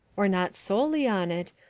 or not solely on it,